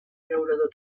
llaurador